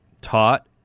taught